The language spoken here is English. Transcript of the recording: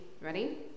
Ready